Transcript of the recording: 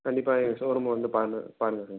கண்டிப்பாக எங்கள் showroom வந்து பாருங்கள் பாருங்கள் சார்